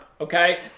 okay